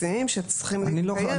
היום,